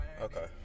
Okay